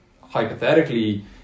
hypothetically